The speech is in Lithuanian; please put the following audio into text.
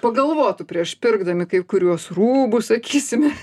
pagalvotų prieš pirkdami kai kuriuos rūbus sakysime